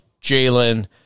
Jalen